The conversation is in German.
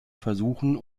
versuchen